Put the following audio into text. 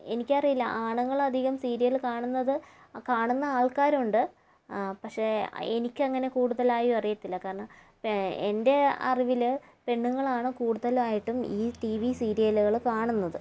എനിക്കറിയില്ല ആണുങ്ങള് അധികം സീരിയല് കാണുന്നത് കാണുന്ന ആള്ക്കാരുണ്ട് ആ പക്ഷേ എനിക്കങ്ങനെ കൂടുതലായി അറിയത്തില്ല കാരണം ഇപ്പോൾ എന്റെ അറിവില് പെണ്ണുങ്ങളാണ് കൂടുതലായിട്ടും ഈ ടി വി സീരിയലുകള് കാണുന്നത്